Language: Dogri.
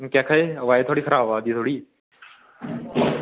अच्छा केह् आक्खा दे आवाज़ थुआढ़ी खराब आवा दी थुआढ़ी